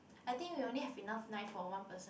I think we only have enough knife for one person